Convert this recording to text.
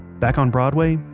back on broadway,